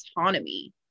autonomy